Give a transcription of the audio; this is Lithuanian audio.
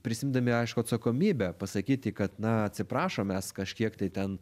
prisiimdami aišku atsakomybę pasakyti kad na atsiprašom mes kažkiek tai ten